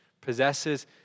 possesses